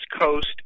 coast